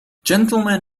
gentlemen